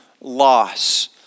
loss